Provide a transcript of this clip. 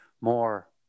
more